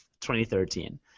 2013